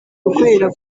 gukorera